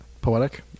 Poetic